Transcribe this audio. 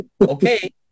okay